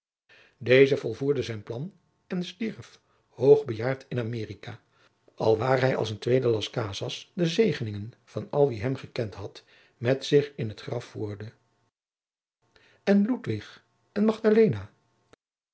deze volvoerde zijn plan en stierf hoog bejaard in amerika alwaar hij als een tweede las casas de zegeningen van al wie hem gekend had met zich in t graf voerde en